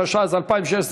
התשע"ז 2016,